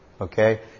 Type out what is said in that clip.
okay